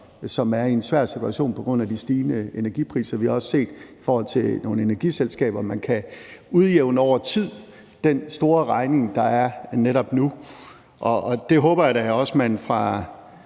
som er i en svær situation på grund af de stigende energipriser. Vi har også i forhold til nogle energiselskaber set, at man over tid kan udjævne den store regning, der er netop nu. Og det håber jeg da også man fra